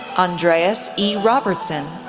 andreas e. robertson,